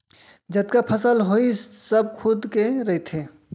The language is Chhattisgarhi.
जतका फसल होइस सब खुद के रहिथे